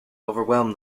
overwhelmed